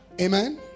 Amen